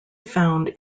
found